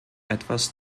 etwas